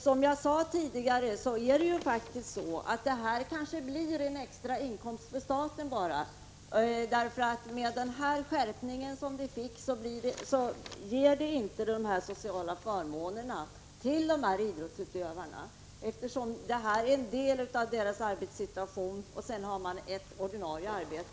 Som jag sade tidigare blir kanske resultatet av den nya ordniägen faktiskt bara en extrainkomst för staten. Med den skärpning av regeringsrättens dom som har skett ges inte idrottsutövarna några sociala förmåner, eftersom idrotten bara är en del av deras arbetssituation. De har också ett ordinarie arbete.